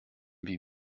wie